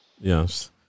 Yes